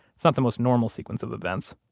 it's not the most normal sequence of events